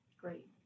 Great